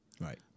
Right